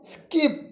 skip